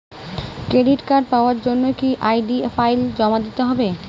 Credit card পাওয়ার জন্য কি আই.ডি ফাইল জমা দিতে হবে?